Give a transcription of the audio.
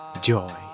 joy